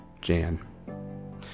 Jan